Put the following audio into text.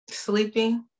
sleeping